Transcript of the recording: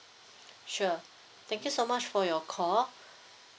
sure thank you so much for your call